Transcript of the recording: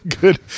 good